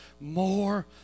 more